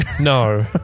no